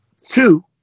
two